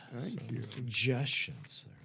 Suggestions